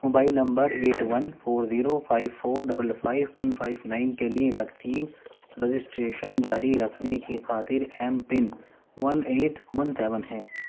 mobile number eight one four zero five four double five one five nine کے لیے vaccine registration جاری رکھنے کی خاطر M pin one eight one seven ہے